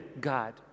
God